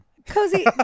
Cozy